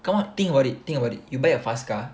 come on think about it think about it you buy a fast car